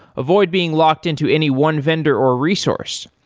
avoid being locked-in to any one vendor or resource.